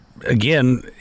Again